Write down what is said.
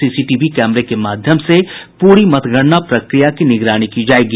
CCTV कैमरे के माध्यम से पूरी मतगणना प्रक्रिया की निगरानी की जायेगी